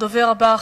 הדובר הבא,